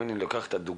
אם אני לוקח את הדוגמה,